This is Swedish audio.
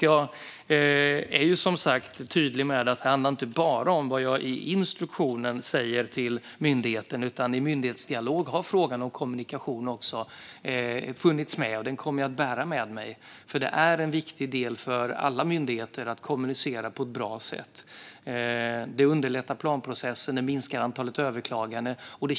Jag är tydlig med att det inte bara handlar om vad jag i instruktionen säger till myndigheten. I myndighetsdialog har frågan om kommunikation också funnits med. Den kommer jag att bära med mig. Det är en viktig del för alla myndigheter att kommunicera på ett bra sätt. Det underlättar planprocessen, och det minskar antalet överklaganden.